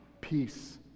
peace